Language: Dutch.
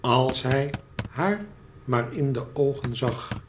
als hij haar maar in de oogen zag